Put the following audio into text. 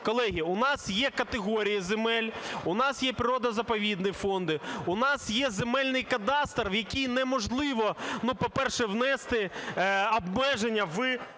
Колеги, у нас є категорії земель. У нас є природно-заповідний фонди, у нас є земельний кадастр, в який неможливо, ну, по-перше, внести обмеження в